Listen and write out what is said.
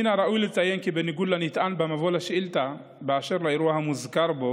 מן הראוי לציין כי בניגוד לנטען במבוא לשאילתה באשר לאירוע המוזכר בו,